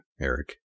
Eric